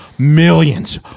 millions